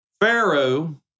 Pharaoh